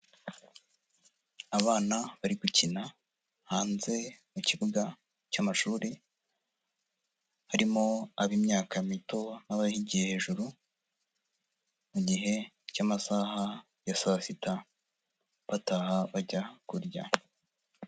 Abana bari gukina hanze mu kibuga, cy'amashuri, harimo ab'imyaka mito n'abayigiye hejuru. Mu gihe cy'amasaha ya saa sita, bataha bajya kurya.